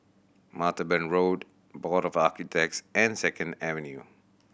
Martaban Road Board of Architects and Second Avenue